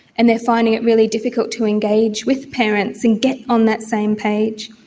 and they are finding it really difficult to engage with parents and get on that same page.